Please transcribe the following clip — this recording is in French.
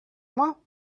moi